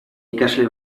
ikasle